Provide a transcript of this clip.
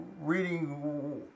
reading